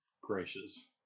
gracious